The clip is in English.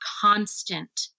constant